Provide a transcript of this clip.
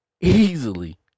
easily